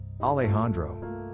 Alejandro